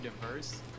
diverse